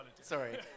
Sorry